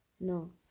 No